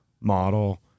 model